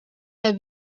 der